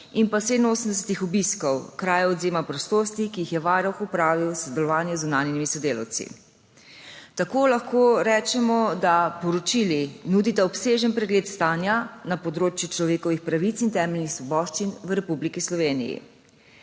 in pa 87 obiskov krajev odvzema prostosti, ki jih je Varuh opravil v sodelovanju z zunanjimi sodelavci. Tako lahko rečemo, da poročili nudita obsežen pregled stanja na področju človekovih pravic in temeljnih svoboščin v Republiki Sloveniji.